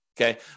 Okay